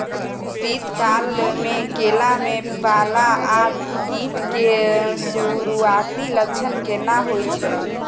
शीत काल में केला में पाला आ कीट के सुरूआती लक्षण केना हौय छै?